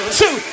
two